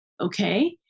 Okay